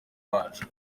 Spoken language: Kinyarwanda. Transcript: wacu